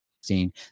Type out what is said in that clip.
seen